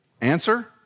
Answer